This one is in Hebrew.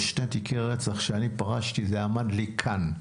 יש שני תיקי רצח כשאני פרשתי, זה עמד לי כאן.